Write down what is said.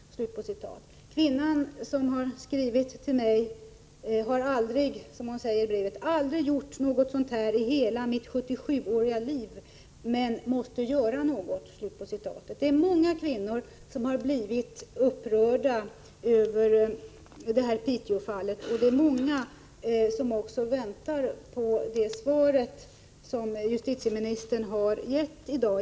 Kvinnan som har skrivit till mig har, säger hon i brevet, aldrig i hela sitt 77-åriga liv gjort något sådant, dvs. i ett brev reagerat på detta sätt. Men hon tyckte att hon måste göra något nu. Det är många kvinnor som har blivit upprörda över Piteåfallet, och det är många som väntat på det svar som justitieministern lämnat i dag.